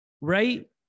right